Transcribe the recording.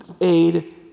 aid